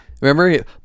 Remember